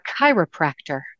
chiropractor